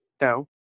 No